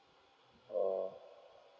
oh